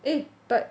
eh but